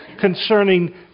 concerning